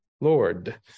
Lord